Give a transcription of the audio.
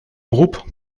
groupe